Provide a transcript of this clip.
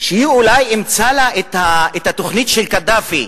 שהיא אולי אימצה לה את התוכנית של קדאפי,